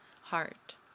heart